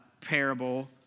parable